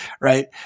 right